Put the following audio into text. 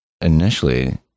initially